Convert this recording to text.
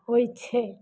होइ छै